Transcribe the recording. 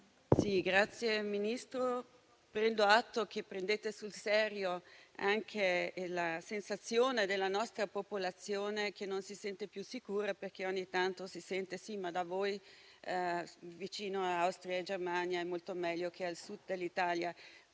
Grazie, Ministro. Prendo atto del fatto che prendete sul serio la sensazione della nostra popolazione, che non si sente più sicura. Ogni tanto si sente dire: "sì, ma da voi, vicino ad Austria e Germania, è molto meglio che al Sud dell'Italia".